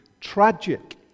tragic